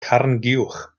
carnguwch